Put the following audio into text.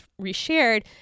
reshared